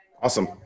Awesome